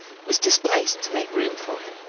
was displaced to make room for him.